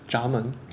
咱们